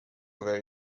very